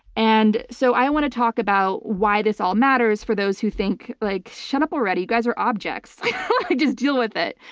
and so i want to talk about why this all matters for those who think like shut shut up already, you guys are objects just deal with it.